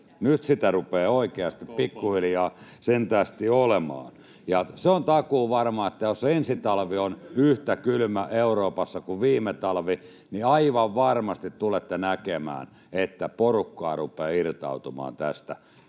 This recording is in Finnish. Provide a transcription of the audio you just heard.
Nyt sitä rupeaa oikeasti pikkuhiljaa sentään olemaan. Se on takuuvarmaa, että jos ensi talvi on yhtä kylmä Euroopassa kuin viime talvi, niin aivan varmasti tulette näkemään, että porukkaa rupeaa irtautumaan tästä.